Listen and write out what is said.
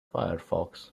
firefox